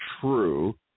true